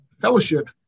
fellowship